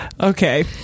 Okay